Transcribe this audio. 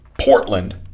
Portland